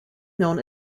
known